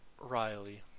Riley